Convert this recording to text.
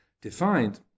defined